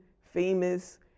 famous